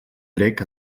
grec